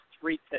three